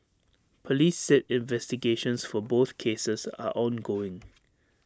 Police said investigations for both cases are ongoing